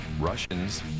Russians